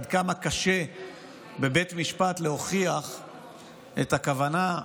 עד כמה קשה להוכיח בבית משפט את הכוונה,